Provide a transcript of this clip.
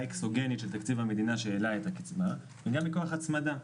אקסוגנית של תקציב המדינה שהעלה את הקצבה וגם מכוח הצמדה.